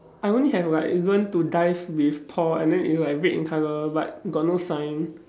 I only have like learn to dive with Paul and then it's like red in colour but got no sign